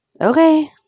Okay